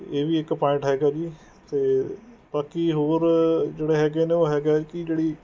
ਇਹ ਵੀ ਇੱਕ ਪੁਆਇੰਟ ਹੈਗਾ ਜੀ ਅਤੇ ਬਾਕੀ ਹੋਰ ਜਿਹੜੇ ਹੈਗੇ ਨੇ ਉਹ ਹੈਗਾ ਕਿ ਜਿਹੜੀ